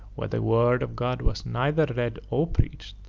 where the word of god was neither read or preached,